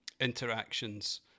interactions